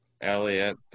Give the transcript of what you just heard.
Elliot